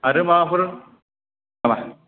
आरो माबाफोर नामा